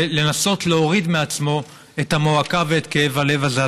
ולנסות להוריד מעצמו את המועקה ואת כאב הלב הזה.